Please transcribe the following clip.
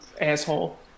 Asshole